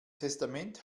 testament